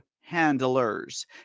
handlers